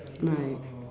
my